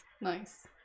nice